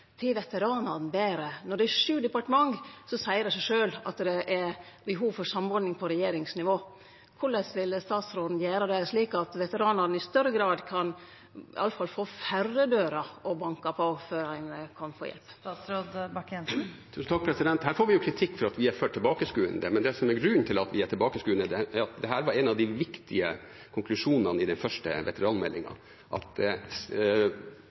til veteranane betre? Når det er sju departementet, seier det seg sjølve at det er behov for samordning på regjeringsnivå. Korleis vil statsråden gjere det, slik at veteranane i større grad iallfall kan få færre dører å banke på før ein kan få hjelp? Her får vi jo kritikk for at vi er for tilbakeskuende, men det som er grunnen til at vi er tilbakeskuende, er at en av de viktige konklusjonene i den første veteranmeldingen var at det